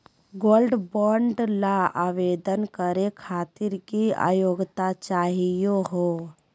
Gold bond ल आवेदन करे खातीर की योग्यता चाहियो हो?